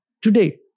today